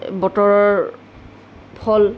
বতৰৰ ফল